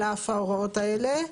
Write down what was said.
על אף ההוראות האלה.